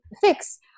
fix